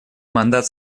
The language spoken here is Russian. мандат